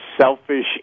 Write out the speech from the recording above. selfish